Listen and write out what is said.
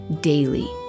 daily